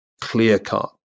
clear-cut